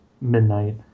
midnight